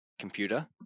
computer